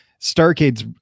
Starcade's